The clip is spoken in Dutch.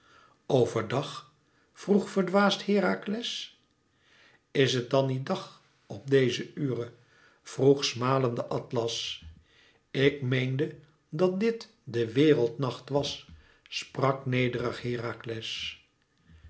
dag vroeg verdwaasd herakles is het dan niet dàg op deze ure vroeg smalende atlas ik meende dat dit de wereldnacht was sprak nederig herakles